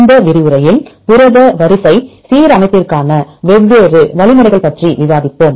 இந்த விரிவுரையில் புரத வரிசை சீரமைப்பிற்கான வெவ்வேறு வழிமுறைகள் பற்றி விவாதிப்போம்